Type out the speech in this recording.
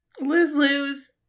Lose-lose